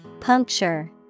Puncture